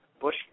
Bush